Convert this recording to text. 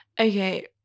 Okay